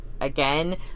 again